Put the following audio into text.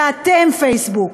ואתם, פייסבוק,